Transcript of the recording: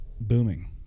booming